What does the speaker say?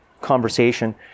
conversation